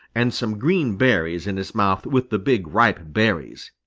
and some green berries in his mouth with the big ripe berries.